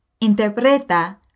interpreta